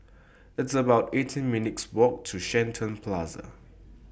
It's about eighteen minutes' Walk to Shenton Plaza